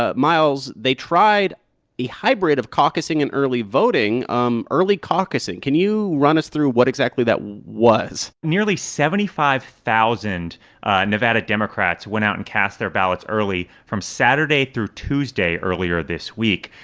ah miles, they tried a hybrid of caucusing and early voting. um early caucusing can you run us through what exactly that was? nearly seventy five thousand nevada democrats went out and cast their ballots early from saturday through tuesday earlier this week.